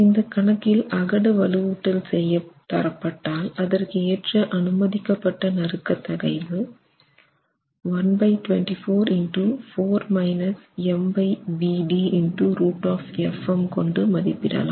இந்தக் கணக்கில் அகடு வலுவூட்டல் தரப்பட்டால் அதற்கு ஏற்ற அனுமதிக்கப்பட்ட நறுக்க தகைவு கொண்டு மதிப்பிடலாம்